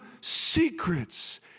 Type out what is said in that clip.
secrets